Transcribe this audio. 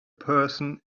person